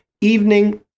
evening